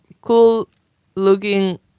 cool-looking